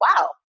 wow